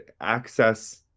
access-